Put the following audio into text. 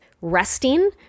resting